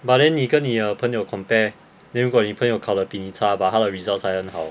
but then 你跟你的朋友 compare then 如果你的朋友考得比你差 but 他的 results 还很好